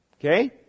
Okay